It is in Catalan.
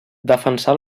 defensà